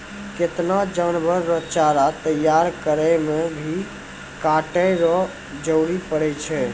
केतना जानवर रो चारा तैयार करै मे भी काटै रो जरुरी पड़ै छै